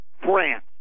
France